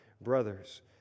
Brothers